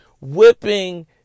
whipping